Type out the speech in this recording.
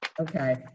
Okay